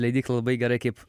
leidykla labai gerai kaip